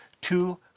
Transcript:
two